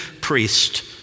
priest